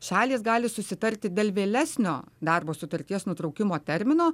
šalys gali susitarti dėl vėlesnio darbo sutarties nutraukimo termino